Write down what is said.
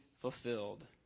fulfilled